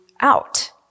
out